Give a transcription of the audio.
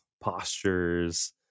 postures